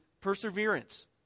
perseverance